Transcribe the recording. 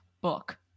book